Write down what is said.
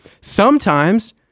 Sometimes-